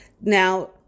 Now